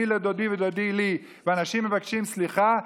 אני לדודי ודודי לי ואנשים מבקשים סליחה: